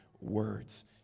words